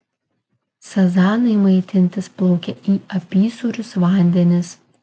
sazanai maitintis plaukia į apysūrius vandenis